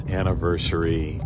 anniversary